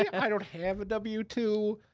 i don't have a w two.